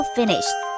finished